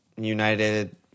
United